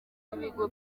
b’ibigo